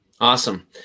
Awesome